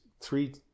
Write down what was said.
three